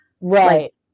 Right